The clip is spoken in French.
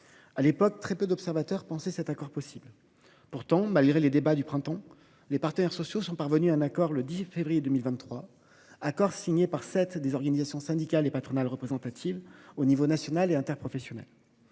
à l’époque, pensaient cet accord possible. Pourtant, malgré les débats agités du printemps, les partenaires sociaux sont parvenus à un accord le 10 février 2023, signé par sept des organisations syndicales et patronales représentatives aux niveaux national et interprofessionnel.